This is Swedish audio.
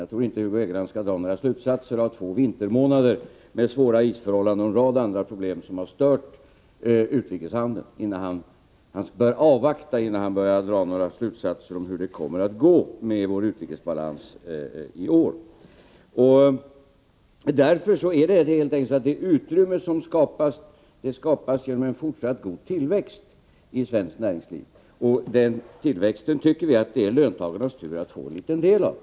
Jag tror inte man skall dra några slutsatser av två vintermånader med svåra isförhållanden och en rad andra problem, som har stört utrikeshandeln. Hugo Hegeland borde avvakta, innan han börjar dra slutsatser om hur det kommer att gå med vår utrikesbalans i år. Det är helt enkelt så att det utrymme som åstadkommes skapas genom en fortsatt god tillväxt i svenskt näringsliv, och nu tycker vi att det är löntagarnas tur att få en liten del av den tillväxten.